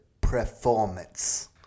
performance